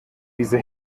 diese